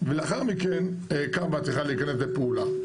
ולאחר מכן כב"ה צריכה להכנס לפעולה.